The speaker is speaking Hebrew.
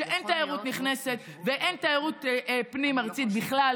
שאין תיירות נכנסת ואין תיירות פנים-ארצית בכלל,